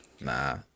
Nah